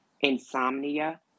insomnia